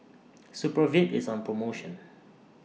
Supravit IS on promotion